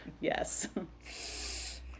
Yes